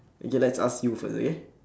okay let's ask you first okay